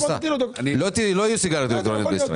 לא יהיו סיגריות אלקטרוניות בישראל.